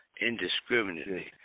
indiscriminately